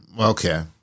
Okay